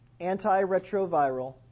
antiretroviral